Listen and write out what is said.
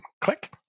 Click